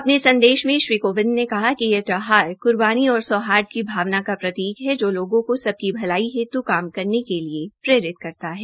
अपने संदेश में श्री कोविदं ने कहा कि यह त्यौहरा कर्बानी और सौहार्द की भावना का प्रतीक है जहो लोगों को सब की भलाई हेतु काम करने के लिए प्रेरित करता है